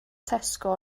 tesco